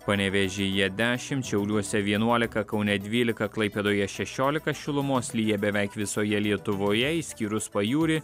panevėžyje dešimt šiauliuose vienuolika kaune dvylika klaipėdoje šešiolika šilumos lyja beveik visoje lietuvoje išskyrus pajūrį